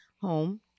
home